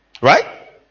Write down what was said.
Right